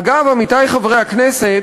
אגב, עמיתי חברי הכנסת,